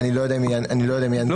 אני לא יודע אם יהיה אנגלית.